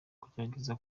tugerageze